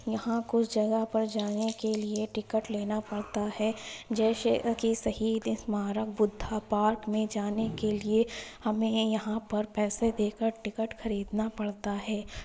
یہاں کچھ جگہ پر جانے کے لیے ٹکٹ لینا پڑتا ہے جیسے کہ شہید اسمارک بدھا پارک میں جانے کے لیے ہمیں یہاں پر پیسے دے کر ٹکٹ خریدنا پڑتا ہے